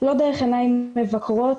לא דרך עיניים מבקרות,